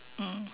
mm